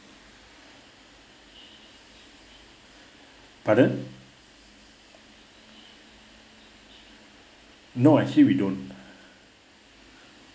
pardon no actually we don't